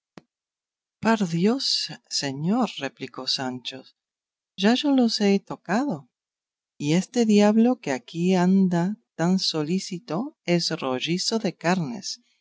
apariencia par dios señor replicó sancho ya yo los he tocado y este diablo que aquí anda tan solícito es rollizo de carnes